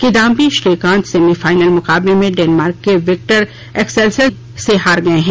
Kidambi Srikanth semifinal मुकाबले में Denmark के विक्टर एक्सेल्सन से हार गए हैं